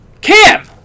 Cam